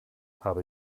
habe